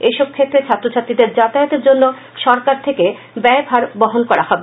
এসব ক্ষেত্রে ছাত্রছাত্রীদের যাতায়াতের জন্য সরকার থেকে ব্যয়ভার বহন করা হবে